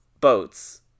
boats